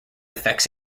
effects